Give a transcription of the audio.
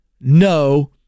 no